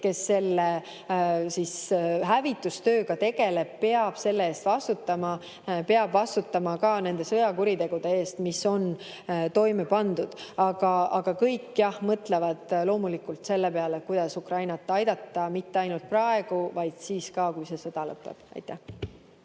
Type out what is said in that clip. kes selle hävitustööga tegeleb, peab selle eest vastutama. Peab vastutama ka nende sõjakuritegude eest, mis on toime pandud. Aga kõik jah mõtlevad loomulikult selle peale, kuidas Ukrainat aidata, mitte ainult praegu, vaid ka siis, kui see sõda lõpeb. Aitäh!